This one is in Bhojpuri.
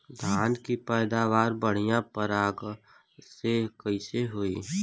धान की पैदावार बढ़िया परागण से कईसे होई?